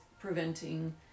preventing